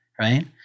right